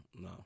no